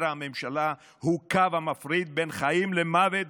הממשלה הוא הקו המפריד בין חיים למוות.